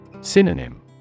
Synonym